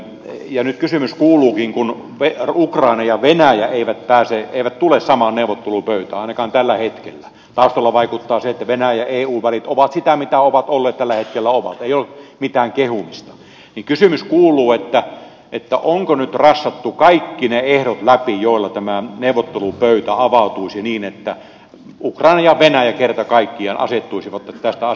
ja nyt kysymys kuuluukin kun ukraina ja venäjä eivät tule samaan neuvottelupöytään ainakaan tällä hetkellä taustalla vaikuttaa se että venäjän ja eun välit ovat sitä mitä tällä hetkellä ovat ei ole mitään kehumista onko nyt rassattu kaikki ne ehdot läpi joilla tämä neuvottelupöytä avautuisi niin että ukraina ja venäjä kerta kaikkiaan asettuisivat tästä asiasta neuvottelemaan